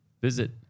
Visit